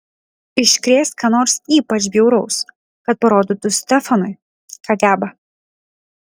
iškrės ką nors ypač bjauraus kad parodytų stefanui ką geba